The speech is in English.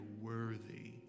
worthy